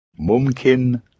Mumkin